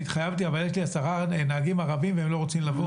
התחייבתי אבל יש לי עשרה נהגים ערבים והם לא רוצים לבוא?